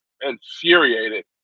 infuriated